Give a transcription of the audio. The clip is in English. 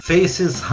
Faces